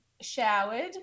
showered